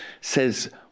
says